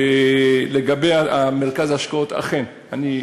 לגבי מרכז ההשקעות, אכן, השאלה,